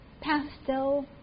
pastel